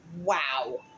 wow